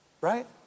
Right